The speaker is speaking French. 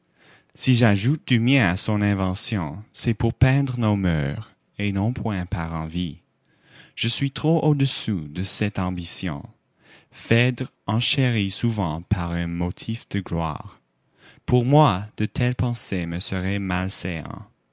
si j'ajoute du mien à son invention c'est pour peindre nos mœurs et non point par envie je suis trop au-dessous de cette ambition phèdre enchérit souvent par un motif de gloire pour moi de tels pensers me seraient